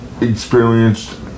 experienced